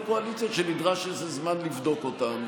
קואליציה שנדרש איזה זמן לבדוק אותן,